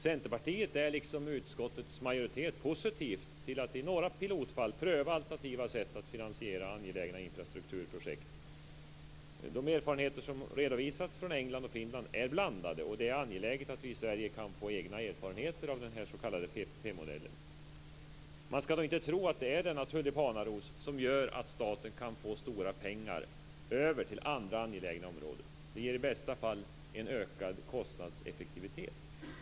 Centerpartiet är liksom utskottets majoritet positivt till att i några pilotfall pröva alternativa sätt att finansiera angelägna infrastrukturprojekt. De erfarenheter som redovisats från England och Finland är blandade, och det är angeläget att vi i Sverige kan få egna erfarenheter av den s.k. PPP-modellen. Man ska nog inte tro att PPP är en tulipanaros som gör att staten kan få stora pengar över till andra angelägna områden. Modellen ger i bästa fall en ökad kostnadseffektivitet.